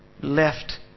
left